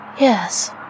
Yes